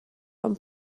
ond